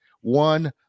one